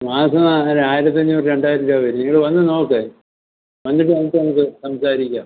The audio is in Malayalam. മാസം ആ ഒരായിരത്തഞ്ഞൂറ് രണ്ടായിരം രൂപ വരും നിങ്ങൾ വന്ന് നോക്ക് വന്നിട്ട് കണ്ടിട്ട് നമുക്ക് സംസാരിക്കാം